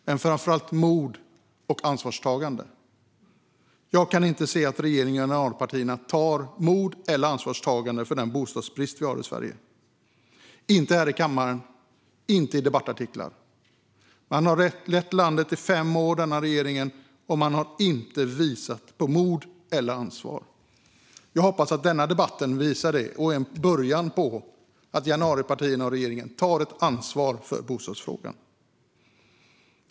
Men framför allt vill vi se mod och ansvarstagande. Jag kan inte se att regeringen och januaripartierna visar mod eller ansvarstagande för den bostadsbrist som vi har i Sverige - inte här i kammaren och inte i debattartiklar. Denna regering har lett landet i fem år, och man har inte visat på mod eller ansvarstagande. Jag hoppas att man i denna debatt kommer att visa det och att den blir en början på att januaripartierna och regeringen tar ansvar för bostadsfrågan.